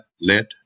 led